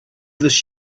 this